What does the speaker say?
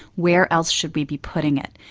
where else should we be putting it?